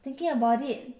thinking about it